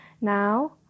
now